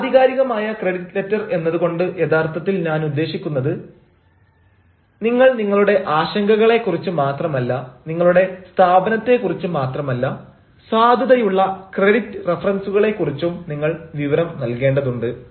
ആധികാരികമായ credit letter എന്നതുകൊണ്ട് യഥാർത്ഥത്തിൽ ഞാൻ ഉദ്ദേശിക്കുന്നത് നിങ്ങൾ നിങ്ങളുടെ ആശങ്കകളെ കുറിച്ച് മാത്രമല്ല നിങ്ങളുടെ സ്ഥാപനത്തെ കുറിച്ച് മാത്രമല്ല സാധുതയുള്ള ക്രെഡിറ്റ് റഫറൻസുകളെ കുറിച്ചും നിങ്ങൾ വിവരം നൽകേണ്ടതുണ്ട്